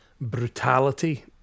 brutality